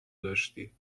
داشتی